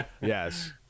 Yes